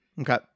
Okay